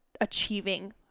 achieving